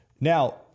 Now